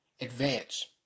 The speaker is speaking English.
advance